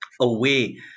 away